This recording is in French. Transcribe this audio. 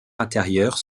intérieurs